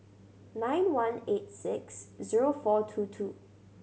nine one eight six zero four two two